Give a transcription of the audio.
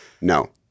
No